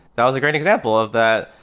that was a great example of that.